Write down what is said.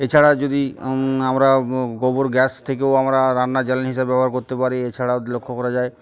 এছাড়া যদি আমরা গোবর গ্যাস থেকেও আমরা রান্না জাল হিসাবে ব্যবহার করতে পারি এছাড়া লক্ষ্য করা যায়